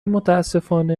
متأسفانه